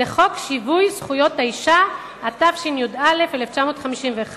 לחוק שיווי זכויות האשה, התשי"א 1951,